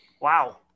Wow